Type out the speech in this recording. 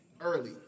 early